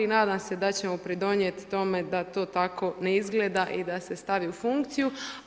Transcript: Nadam se da ćemo pridonijeti tome da to tako ne izgleda i da se stavi u funkciju.